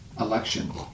election